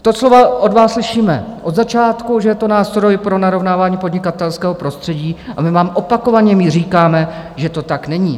Ta slova od vás slyšíme od začátku, že je to nástroj pro narovnávání podnikatelského prostředí, a my vám opakovaně říkáme, že to tak není.